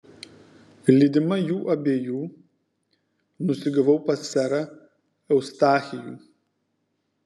lydima jų abiejų nusigavau pas serą eustachijų